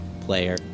Player